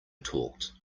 talked